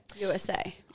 USA